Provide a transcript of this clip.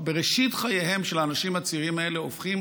בראשית חייהם של האנשים הצעירים האלה הופכים